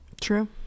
True